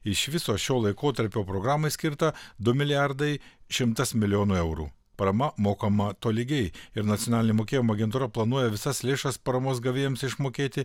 iš viso šio laikotarpio programai skirta du milijardai šimtas milijonų eurų parama mokama tolygiai ir nacionalinė mokėjimo agentūra planuoja visas lėšas paramos gavėjams išmokėti